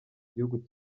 gihugu